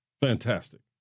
fantastic